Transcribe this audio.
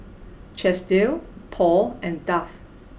Chesdale Paul and Dove